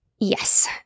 Yes